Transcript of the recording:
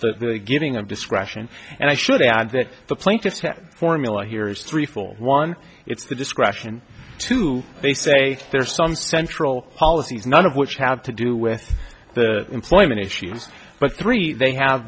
giving of discretion and i should add that the plaintiff's formula here is three full one it's the discretion to they say there are some central policies none of which have to do with the employment issue but three they have